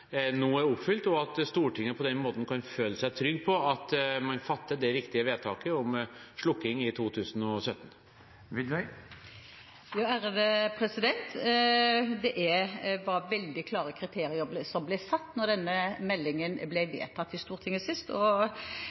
nå er oppfylt, og at Stortinget på den måten kan føle seg trygg på at man fatter det riktige vedtaket om slukking i 2017. Det var veldig klare kriterier som ble satt da denne meldingen ble vedtatt i Stortinget sist,